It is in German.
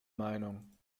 meinung